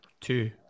Two